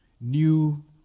new